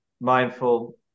mindful